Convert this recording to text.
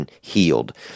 healed